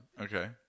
Okay